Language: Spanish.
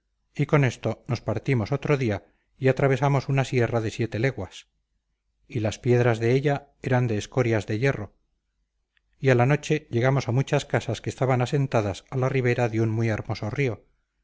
y con esto nos partimos otro día y atravesamos una sierra de siete leguas y las piedras de ella eran de escorias de hierro y a la noche llegamos a muchas casas que estaban asentadas a la ribera de un muy hermoso río